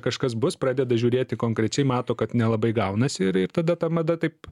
kažkas bus pradeda žiūrėti konkrečiai mato kad nelabai gaunasi ir ir tada ta mada taip